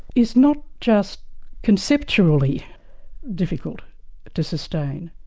is not just conceptually difficult to sustain,